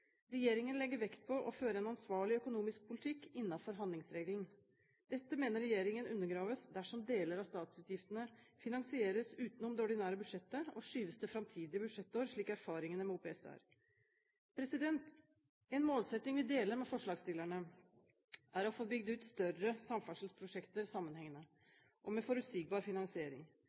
Regjeringen legger vekt på å føre en ansvarlig økonomisk politikk innenfor handlingsregelen. Dette mener regjeringen undergraves dersom deler av statsutgiftene finansieres utenom det ordinære budsjettet og skyves til framtidige budsjettår, slik erfaringene med OPS er. En målsetting vi deler med forslagsstillerne, er å få bygget ut større samferdselsprosjekter sammenhengende og med forutsigbar finansiering.